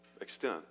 extent